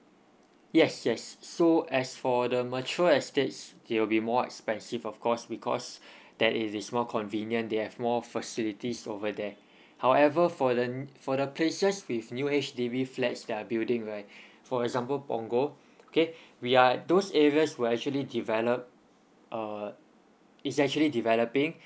yes yes so as for the mature estates it'll be more expensive of course because that it is more convenient they have more facilities over there however for the n~ for the places with new H_D_B flats they are building right for example punggol okay we are those areas will actually develop uh it's actually developing